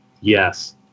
yes